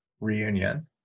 reunion